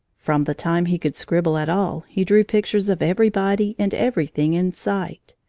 from the time he could scribble at all he drew pictures of everybody and everything in sight.